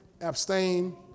abstain